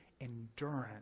endurance